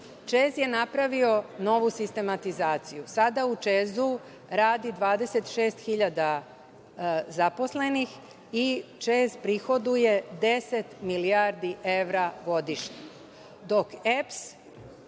ČEZ je napravio novu sistematizaciju. Sada u ČEZ-u radi 26.000 zaposlenih i ČEZ prihoduje 10 milijardi evra godišnje,